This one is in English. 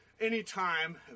anytime